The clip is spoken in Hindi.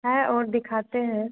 है और दिखाते हैं